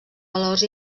valors